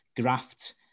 graft